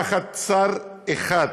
תחת שר אחד,